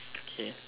okay